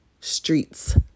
streets